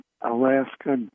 Alaska